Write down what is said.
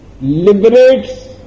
liberates